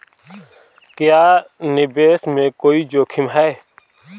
क्या निवेश में कोई जोखिम है?